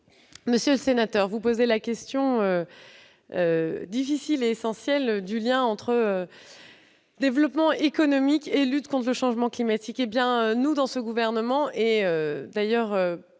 Monsieur le sénateur, vous posez la question difficile et essentielle du lien entre développement économique et lutte contre le changement climatique. Le Gouvernement, comme d'ailleurs